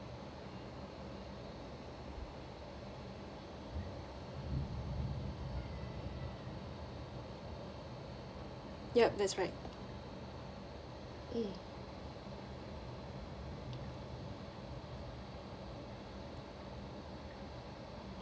yup that's right mm